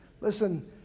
Listen